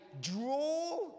draw